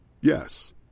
Yes